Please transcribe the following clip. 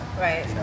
Right